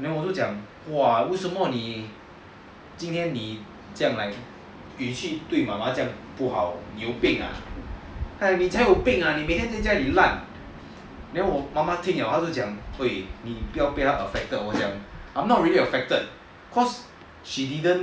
then 我就讲 !wah! 为什么你今天你语气对妈妈这样不好你有病啊 then 她讲你才有病啊你你每天在家里赖 then 我妈妈听了她讲对不要被 affected then 我讲 I'm not really affected cause she didn't